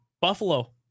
Buffalo